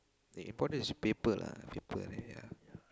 the important is paper lah paper leh ya